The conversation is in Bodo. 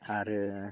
आरो